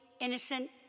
innocent